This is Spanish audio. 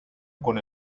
con